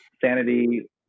Sanity